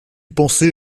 penser